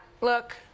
look